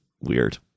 weird